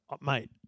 mate